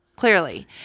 clearly